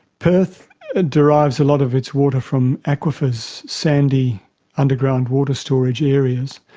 perth derives a lot of its water from aquifers, sandy underground water storage areas,